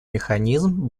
механизм